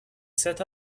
set